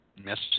message